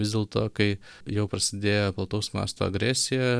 vis dėlto kai jau prasidėjo plataus masto agresija